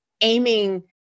aiming